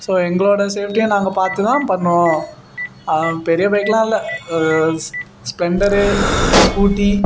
so எங்களோடய சேஃப்ட்டியை நாங்கள் பார்த்து தான் பண்ணுவோம் பெரிய பைக்கெலாம் இல்லை ஸ் ஸ்பெளண்டரு ஸ்கூட்டி